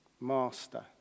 master